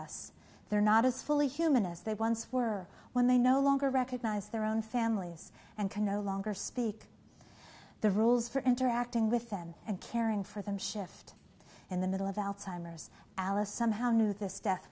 us they're not as fully human as they once were when they no longer recognize their own families and can no longer speak the rules for interacting with them and caring for them shift in the middle of alzheimer's alice somehow knew this de